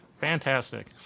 fantastic